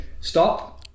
stop